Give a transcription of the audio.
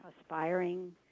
aspiring